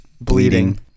bleeding